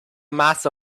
mass